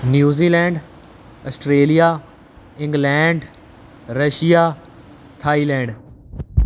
New Zealand Australia England Russia Thailand